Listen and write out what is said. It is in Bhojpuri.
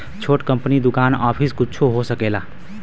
छोट कंपनी दुकान आफिस कुच्छो हो सकेला